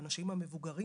האנשים המבוגרים,